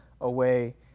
away